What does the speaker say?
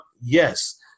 Yes